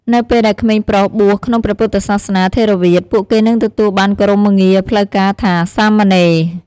នៅពេលដែលក្មេងប្រុសបួសក្នុងព្រះពុទ្ធសាសនាថេរវាទ ពួកគេនឹងទទួលបានគោរមងារផ្លូវការថា "សាមណេរ"។